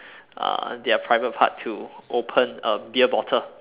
uh their private part to open a beer bottle